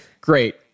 great